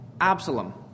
Absalom